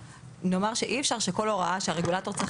נאמר שאי אפשר שכל הוראה שהרגולטור צריך